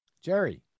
Jerry